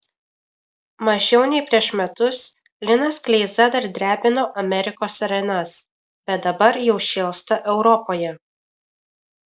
mažiau nei prieš metus linas kleiza dar drebino amerikos arenas bet dabar jau šėlsta europoje